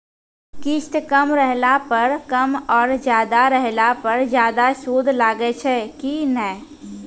किस्त कम रहला पर कम और ज्यादा रहला पर ज्यादा सूद लागै छै कि नैय?